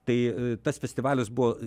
tai tas festivalis buvo